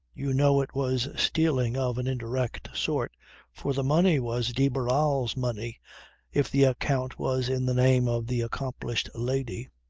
you know it was stealing of an indirect sort for the money was de barral's money if the account was in the name of the accomplished lady.